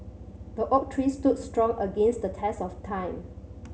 the oak tree stood strong against the test of time